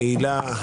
היעילה,